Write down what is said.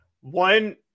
One –